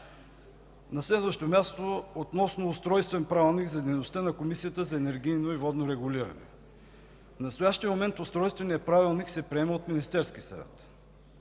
На следващо място, относно Устройствен правилник за дейността на Комисията за енергийно и водно регулиране. В настоящия момент Устройственият правилник се приема от Министерския съвет.